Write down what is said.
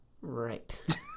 Right